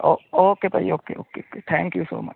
ਓ okay ਭਾਅ ਜੀ okay okay okay thank you so much